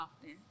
often